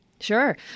Sure